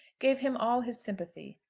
gave him all his sympathy.